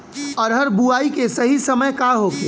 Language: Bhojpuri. अरहर बुआई के सही समय का होखे?